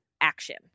action